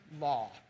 law